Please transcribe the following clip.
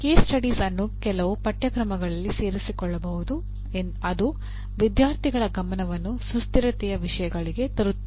case studies ಅನ್ನು ಕೆಲವು ಪಠ್ಯಕ್ರಮಗಳಲ್ಲಿ ಸೇರಿಸಿಕೊಳ್ಳಬಹುದು ಅದು ವಿದ್ಯಾರ್ಥಿಗಳ ಗಮನವನ್ನು ಸುಸ್ಥಿರತೆಯ ವಿಷಯಗಳಿಗೆ ತರುತ್ತದೆ